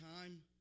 time